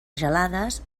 gelades